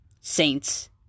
Saints